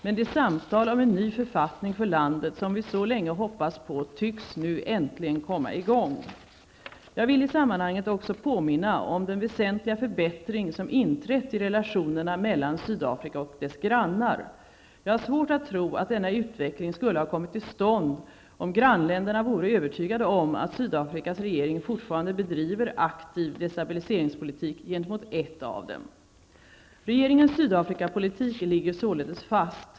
Men de samtal om en ny författning för landet som vi så länge hoppats på tycks nu äntligen komma i gång. Jag vill i sammanhanget också påminna om den väsentliga förbättring som inträtt i relationerna mellan Sydafrika och dess grannar. Jag har svårt att tro att denna utveckling skulle ha kommit till stånd om grannländerna vore övertygade om att Sydafarikas regering fortfarande bedriver aktiv destabiliseringspolitik gentemot ett av dem. Regeringens Sydafrikapolitik ligger således fast.